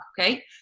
okay